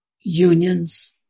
unions